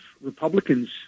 Republicans